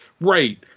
Right